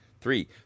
Three